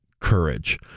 courage